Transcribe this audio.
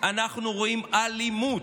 אנחנו רואים אלימות.